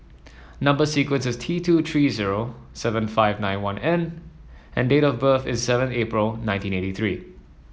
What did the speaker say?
number sequence is T two three zero seven five nine one N and date of birth is seven April nineteen eighty three